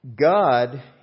God